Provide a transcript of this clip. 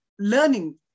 Learning